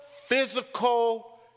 physical